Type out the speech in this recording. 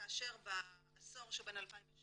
כאשר בעשור שבין 2007